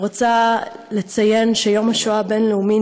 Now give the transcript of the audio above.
אני רוצה לציין שיום השואה הבין-לאומי